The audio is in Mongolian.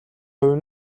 хувь